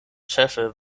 ĉefe